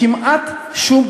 כמעט שום,